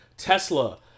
Tesla